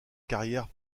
carrière